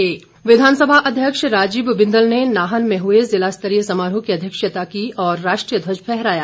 स्वतंत्रता दिवस सिरमौर विधानसभा अध्यक्ष राजीव बिंदल ने नाहन में हुए ज़िला स्तरीय समारोह की अध्यक्षता की और राष्ट्रीय ध्वज फहराया